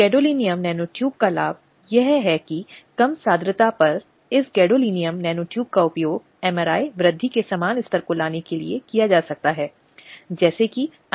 ऐसे सभी दस्तावेज जो लिखित रूप में इस तरह के यौन उत्पीड़न का खुलासा करने के लिए दिए जा सकते हैं समिति के सामने लाए जाते हैं